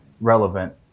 relevant